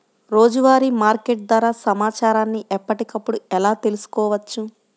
రోజువారీ మార్కెట్ ధర సమాచారాన్ని ఎప్పటికప్పుడు ఎలా తెలుసుకోవచ్చు?